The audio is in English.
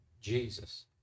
Jesus